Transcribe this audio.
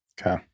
Okay